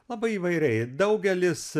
labai įvairiai daugelis